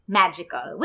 magical